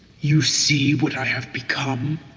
you see what i have become.